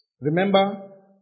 Remember